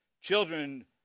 children